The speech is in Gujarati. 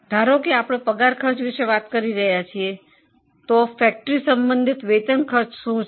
ધારો કે આપણે પગાર ખર્ચ વિશે વાત કરીએ ફેકટરી સંબંધિત પગાર ખર્ચ શું છે